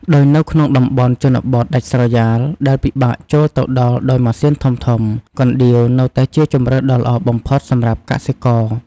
ដោយនៅក្នុងតំបន់ជនបទដាច់ស្រយាលដែលពិបាកចូលទៅដល់ដោយម៉ាស៊ីនធំៗ កណ្ដៀវនៅតែជាជម្រើសល្អបំផុតសម្រាប់កសិករ។